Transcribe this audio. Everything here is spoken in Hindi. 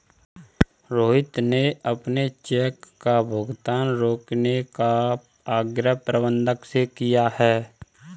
रोहित ने अपने चेक का भुगतान रोकने का आग्रह प्रबंधक से किया है